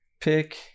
Pick